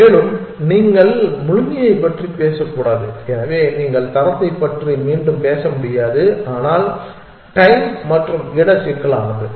மேலும் நீங்கள் முழுமையைப் பற்றி பேசக்கூட முடியாது எனவே நீங்கள் தரத்தைப் பற்றி மீண்டும் பேச முடியாது ஆனால் டைம் மற்றும் இட சிக்கலானது